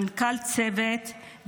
מנכ"ל "צוות",